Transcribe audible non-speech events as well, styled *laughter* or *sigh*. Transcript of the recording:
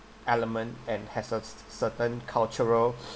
element and has a ce~ ce~ certain cultural *noise*